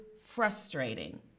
frustrating